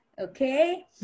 okay